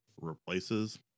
replaces